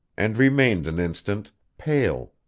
and remained an instant, pale,